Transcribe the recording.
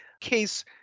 case